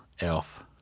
Elf